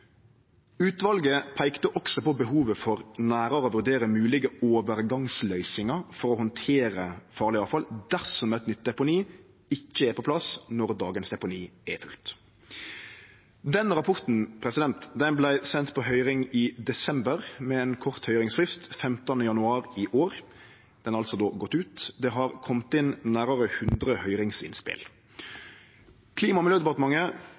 Utvalet peika også på behovet for nærare å vurdere moglege overgangsløysingar for å handtere farleg avfall dersom eit nytt deponi ikkje er på plass når dagens deponi er fullt. Den rapporten vart send på høyring i desember med ein kort høyringsfrist, 15. januar i år. Den er altså då gått ut. Det har kome inn nærare 100 høyringsinnspel. Klima- og miljødepartementet